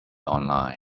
online